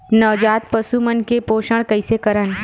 नवजात पशु मन के पोषण कइसे करन?